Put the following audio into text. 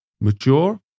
mature